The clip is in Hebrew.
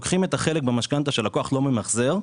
לוקחים את החלק במשכנתה שהלקוח לא ממחזר,